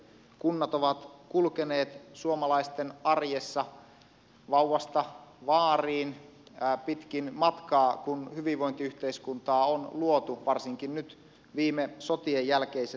kunnat ovat kulkeneet suomalaisten arjessa vauvasta vaariin pitkin matkaa kun hyvinvointiyhteiskuntaa on luotu varsinkin nyt viime sotien jälkeiset vuosikymmenet